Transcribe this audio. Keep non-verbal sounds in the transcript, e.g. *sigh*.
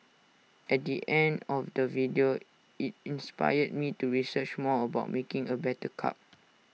at the *noise* end of the video IT inspired me to research more about making A better cup *noise*